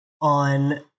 on